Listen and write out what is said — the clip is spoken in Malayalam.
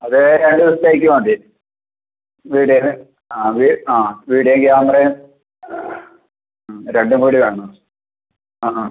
അത് രണ്ട് ദിവസത്തേക്ക് മതി വീഡിയോ ആണ് ആ വീഡിയോ ആ വീഡിയോയും ക്യാമറയും രണ്ടും കൂടി വേണം ആ ആ